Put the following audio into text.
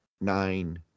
nine